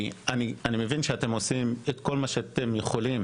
כי אני מבין שאתם עושים כל מה שאתם יכולים